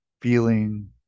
feeling